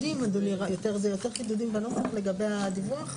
אולי זה יותר חידודים בנוסח לגבי הדיווח,